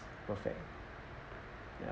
perfect ya